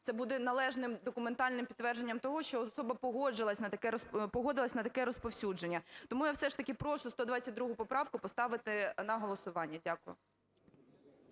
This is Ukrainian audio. це буде належним документальним підтвердженням того, що особа погодилась на таке розповсюдження. Тому я все ж таки прошу 122 поправку поставити на голосування. Дякую.